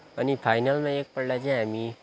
अनि फाइनलमा एकपल्ट चाहिँ हामी